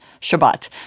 Shabbat